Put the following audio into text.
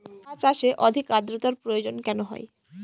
চা চাষে অধিক আদ্রর্তার প্রয়োজন কেন হয়?